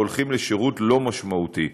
או הולכים לשירות לא משמעותי.